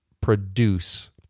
produce